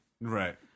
right